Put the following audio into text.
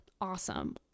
Awesome